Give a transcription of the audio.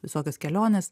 visokios kelionės